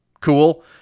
cool